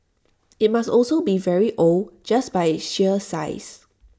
IT must also be very old just by its sheer size